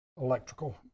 electrical